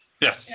Yes